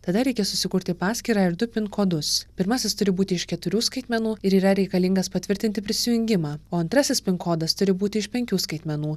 tada reikia susikurti paskyrą ir du pin kodus pirmasis turi būti iš keturių skaitmenų ir yra reikalingas patvirtinti prisijungimą o antrasis pin kodas turi būti iš penkių skaitmenų